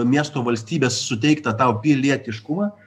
miesto valstybės suteiktą tau pilietiškumą